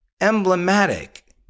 emblematic